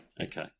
Okay